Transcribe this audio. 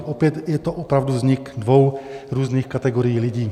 Opět, je to opravdu vznik dvou různých kategorií lidí.